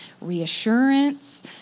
reassurance